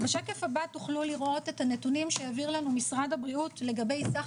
בשקף הבא תוכלו לראות את הנתונים שהעביר לנו משרד הבריאות לגבי סך